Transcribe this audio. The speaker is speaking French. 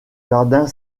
jardin